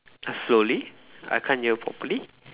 slowly I can't hear properly